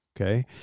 okay